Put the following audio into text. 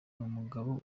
numugabo